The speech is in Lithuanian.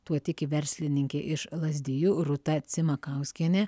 tuo tiki verslininkė iš lazdijų rūta cimakauskienė